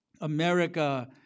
America